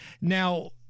Now